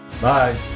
Bye